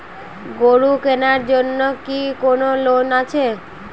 গরু কেনার জন্য কি কোন লোন আছে?